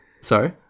Sorry